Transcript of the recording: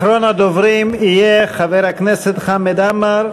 אחרון הדוברים יהיה חבר הכנסת חמד עמאר.